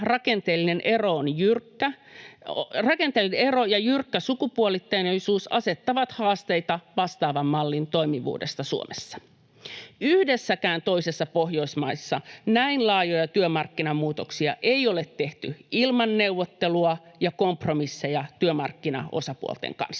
Rakenteellinen ero ja jyrkkä sukupuolittuneisuus asettavat haasteita vastaavan mallin toimivuudelle Suomessa. Yhdessäkään toisessa Pohjoismaassa näin laajoja työmarkkinamuutoksia ei ole tehty ilman neuvotteluja ja kompromisseja työmarkkinaosapuolten kanssa.